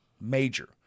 Major